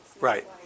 Right